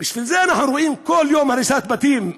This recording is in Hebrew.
בגלל זה, אנחנו רואים כל יום הריסת בתים,